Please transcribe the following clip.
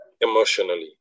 emotionally